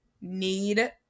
Need